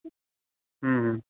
ம் ம்